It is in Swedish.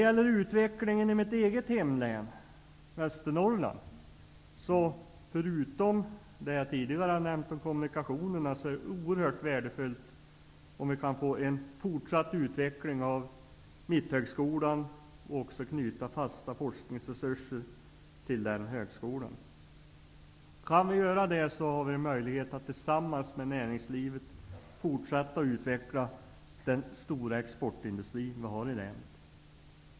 För utvecklingen i mitt eget hemlän, Västernorrland, är det -- förutom det jag tidigare nämnde om kommunikationerna -- oerhört värdefullt att få en fortsatt utveckling av Mitthögskolan och att få knyta fasta forskningsresurser till den högskolan. Kan vi göra det har vi möjlighet att tillsammans med näringslivet fortsätta att utveckla den stora exportindustri som vi har i länet.